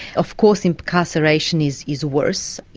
of course, incarceration is is worse,